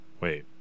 wait